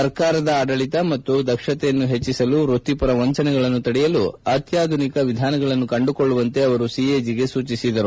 ಸರ್ಕಾರದ ಆಡಳತವನ್ನು ಮತ್ತು ದಕ್ಷತೆಯನ್ನು ಹೆಚ್ಚಿಸಲು ವ್ಯಕ್ತಿಪರ ವಂಚನೆಗಳನ್ನು ತಡೆಯಲು ಅತ್ಲಾಧುನಿಕ ವಿಧಾನಗಳನ್ನು ಕಂಡುಕೊಳ್ಳುವಂತೆ ಅವರು ಸಿಎಜಿಗೆ ಸೂಚಿಸಿದರು